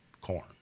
corn